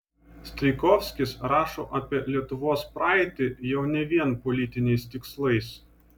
strijkovskis rašo apie lietuvos praeitį jau ne vien politiniais tikslais